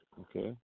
okay